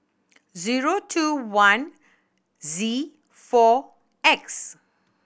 zeio two one Z four X